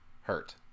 hurt